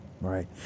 Right